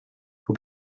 who